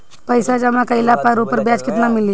पइसा जमा कइले पर ऊपर ब्याज केतना मिली?